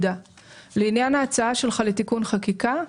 לעניין ההצעה שלך לתיקון חקיקה.